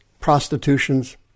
prostitutions